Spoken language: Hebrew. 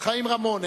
חיים רמון,